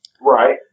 Right